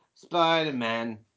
Spider-Man